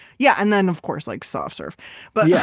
yeah and then, of course, like soft serve but yeah.